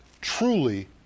truly